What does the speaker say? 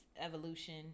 evolution